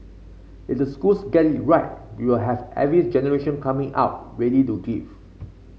if the schools get it right we will have every generation coming out ready to give